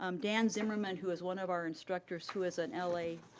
um dan zimmerman, who is one of our instructors who is an l a.